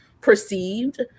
perceived